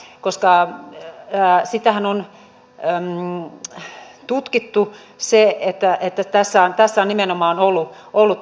me olemme kreikan kanssa investointien suhteen siellä euroopan häntäpäässä ja senkin vuoksi meidän on saatava yritykset uskomaan siihen että tänne maahan halutaan investoida tänne maahan halutaan tehdä kasvua